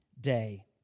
day